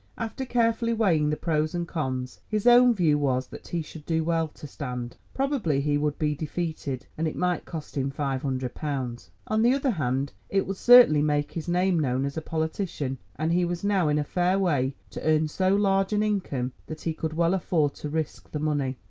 after carefully weighing the pros and cons, his own view was that he should do well to stand. probably he would be defeated, and it might cost him five hundred pounds. on the other hand it would certainly make his name known as a politician, and he was now in a fair way to earn so large an income that he could well afford to risk the money.